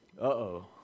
uh-oh